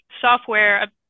software